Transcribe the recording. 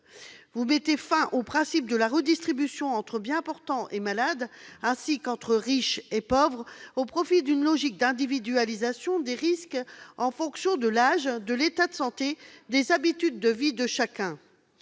vous mettez fin au principe de la redistribution entre bien portants et malades et entre riches et pauvres, au profit d'une logique d'individualisation des risques en fonction de l'âge, de l'état de santé et des habitudes de vie de chacun.